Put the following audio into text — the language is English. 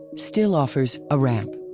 still offers a ramp.